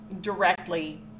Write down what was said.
directly